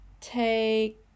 take